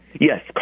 Yes